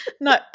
No